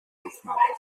geknabbert